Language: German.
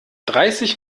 dreißig